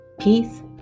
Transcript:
Peace